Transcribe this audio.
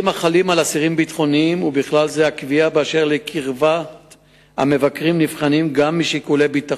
ולאחרונה בוטל לגבי אסירים רגילים ונשאר לגבי ביטחוניים.